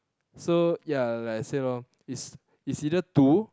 so ya like I said loh it's it's either two